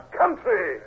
country